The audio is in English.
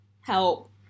help